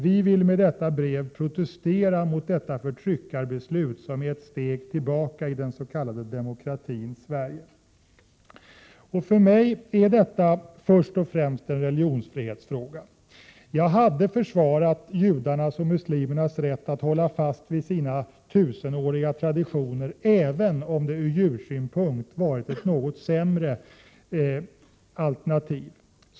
Vi vill med detta brev protestera mot detta FÖRTRYCKARBESLUT som är ett steg tillbaka i den s.k. demokratin Sverige.” För mig är detta först och främst en religionsfrihetsfråga. Jag hade försvarat judarnas och muslimernas rätt att hålla fast vid sina tusenåriga traditioner, även om de ur djursynpunkt hade varit ett något sämre alternativ.